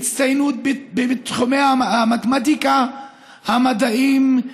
הצטיינות בתחומי המתמטיקה והמדעים,